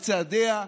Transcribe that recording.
בצעדיה,